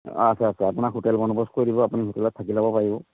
অঁ আচ্ছা আচ্ছা আপোনাক হোটেল বন্দোবস্ত কৰি দিব আপুনি হোটেলত থাকি ল'ব পাৰিব